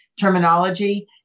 terminology